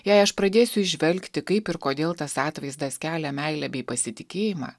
jei aš pradėsiu įžvelgti kaip ir kodėl tas atvaizdas kelia meilę bei pasitikėjimą